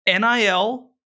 NIL